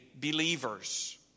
believers